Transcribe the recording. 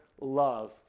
love